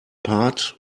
part